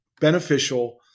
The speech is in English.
beneficial